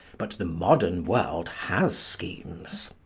but the modern world has schemes.